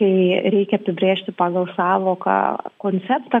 kai reikia apibrėžti pagal sąvoką konceptą